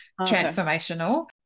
transformational